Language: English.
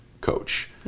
coach